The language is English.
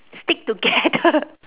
stick together